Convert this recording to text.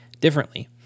differently